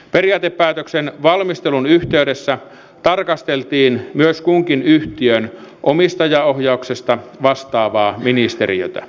periaatepäätöksen valmistelun yhteydessä tarkasteltiin myös kunkin yhtiön omistajaohjauksesta vastaavaa ministeriötä